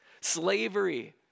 Slavery